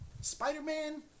Spider-Man